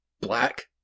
black